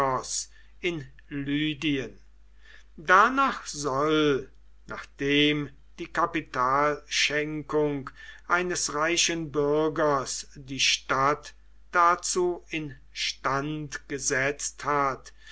in lydien danach soll nachdem die kapitalschenkung eines reichen bürgers die stadt dazu instand gesetzt hat